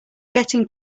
getting